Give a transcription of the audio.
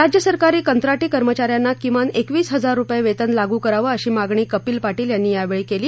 राज्य सरकारी कंत्राटी कर्मचाऱ्यांना किमान एकवीस हजार रुपये वेतन लागू करावं अशी मागणी कपिल पाटील यांनी यावेळी केली